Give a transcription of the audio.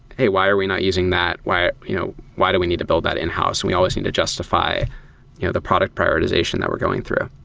hey, why are we not using that? why you know why do we need to build that in-house? and we always need to justify you know the product prioritization that we're going through.